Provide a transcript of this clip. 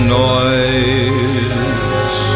noise